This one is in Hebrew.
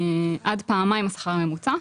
עד פעמיים משכר ממוצע.